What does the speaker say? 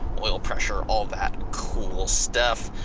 oil pressure, all that cool stuff.